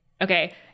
Okay